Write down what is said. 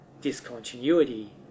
discontinuity